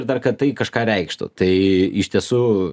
ir dar kad tai kažką reikštų tai iš tiesų